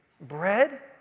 bread